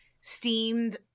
steamed